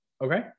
Okay